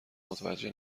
متوجه